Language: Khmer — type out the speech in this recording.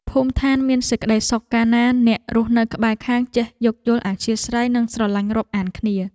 ភូមិឋានមានសេចក្តីសុខកាលណាអ្នករស់នៅក្បែរខាងចេះយោគយល់អធ្យាស្រ័យនិងស្រឡាញ់រាប់អានគ្នា។